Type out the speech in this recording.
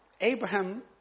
Abraham